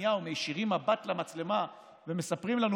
ונתניהו מישירים מבט למצלמה ומספרים לנו,